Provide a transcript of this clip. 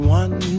one